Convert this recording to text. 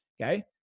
Okay